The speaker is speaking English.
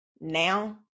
now